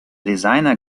designer